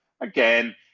again